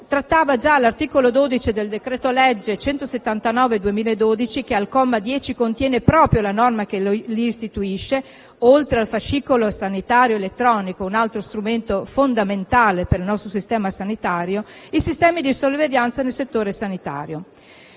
e che già l'articolo 12 del decreto-legge n. 179 del 2012 contiene al comma 10 la norma che istituisce, oltre al fascicolo sanitario elettronico (un altro strumento fondamentale per il nostro sistema sanitario), sistemi di sorveglianza nel settore sanitario,